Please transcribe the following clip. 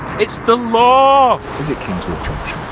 it's the law! is it kingswood